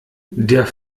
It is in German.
der